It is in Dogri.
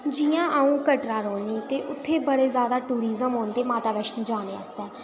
जि'यां अं'ऊ कटरै रौह्नी ते उत्थै बड़े जादै टूरिजम आंदे माता वैष्णो जाने आस्तै